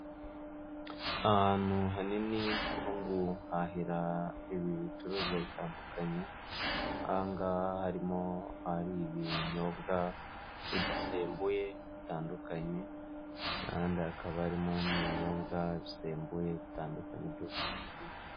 Ahantu hanini ho guhahira ibicuruzwa bitandukanye, aha ngaha harimo ibinyobwa bidasembuye bitandukanye n'andi hakaba harimo n'ibinyobwa bisembuye bitandukanye by'ubwoko bwinshi.